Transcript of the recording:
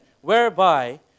whereby